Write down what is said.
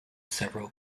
several